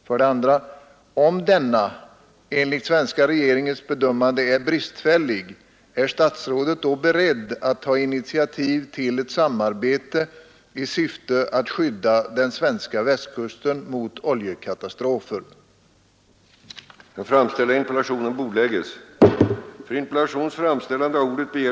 b) Om denna beredskap enligt svenska regeringens bedömande är bri syfte att skydda den svenska västkusten mot oljekatastrofer? fällig är herr statsrådet då beredd att ta initiativ till ett samarbete i